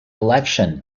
election